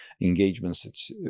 engagements